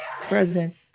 President